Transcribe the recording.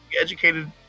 educated